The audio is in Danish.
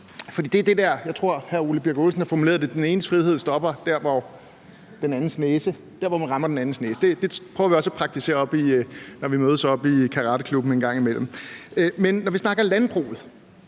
formuleret det, at den enes frihed stopper der, hvor man rammer den andens næse. Det prøver vi også at praktisere, når vi en gang imellem mødes i karateklubben. Når vi snakker om landbruget,